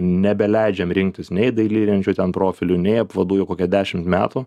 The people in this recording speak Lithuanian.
nebeleidžiam rinktis nei dailylenčių ten profilių nei apvadų jau kokią dešimt metų